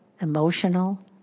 emotional